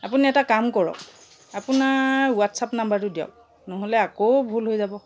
আপুনি এটা কাম কৰক আপোনাৰ হোৱাটছএপ নম্বৰটো দিয়ক নহ'লে আকৌ ভুল হৈ যাব